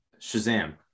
Shazam